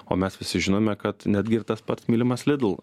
o mes visi žinome kad netgi ir tas pats mylimas lidl